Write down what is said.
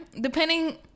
depending